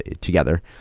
together